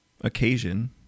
occasion